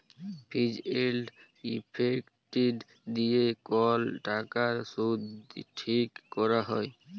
ফিজ এল্ড ইফেক্টিভ দিঁয়ে কল টাকার সুদ ঠিক ক্যরা হ্যয়